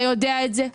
אתה יודע את זה.